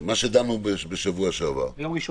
ודנו על זה ביום ראשון.